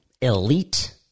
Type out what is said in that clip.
elite